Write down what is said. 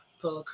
pull